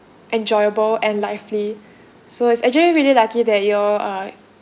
enjoyable and lively so it's actually really lucky that y'all uh